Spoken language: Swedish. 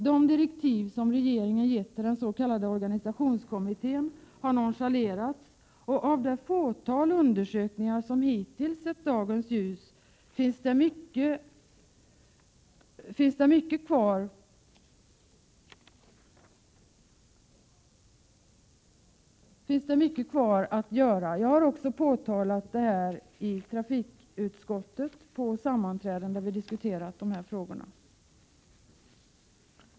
De direktiv som regeringen gett till den s.k. organisationskommittén har nonchalerats. Det fåtal undersökningar som hittills har sett dagens ljus lämnar mycket kvar att göra. Jag har också påtalat detta när vi på sammanträden i trafikutskottet har diskuterat de här frågorna.